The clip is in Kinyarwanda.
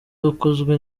wakozwe